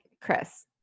Chris